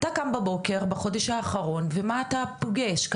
אתה קם בבוקר בחודש האחרון ומה אתה פוגש?